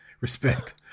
Respect